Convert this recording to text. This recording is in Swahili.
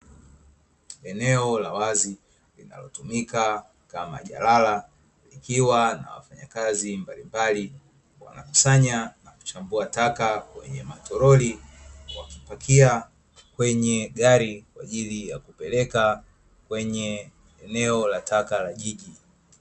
Eneo la wazi linalotumika kama jalala likiwa na wafanyakazi mbalimbali, wanakusanya na kuchambua taka kwenye matolori wakipakia kwenye gari kwa ajili ya kupeleka kwenye eneo la taka la jiji.